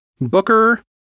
Booker